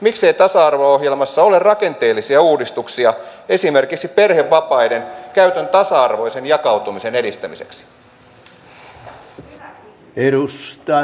miksei tasa arvo ohjelmassa ole rakenteellisia uudistuksia esimerkiksi perhevapaiden käytön tasa arvoisen jakautumisen edistämiseksi